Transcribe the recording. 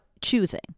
choosing